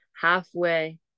Halfway